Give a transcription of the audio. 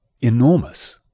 enormous